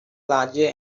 larger